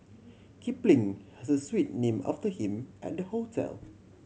Kipling has a suite name after him at the hotel